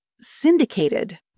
syndicated